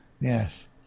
Yes